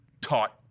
taught